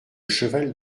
cheval